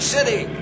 City